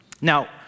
now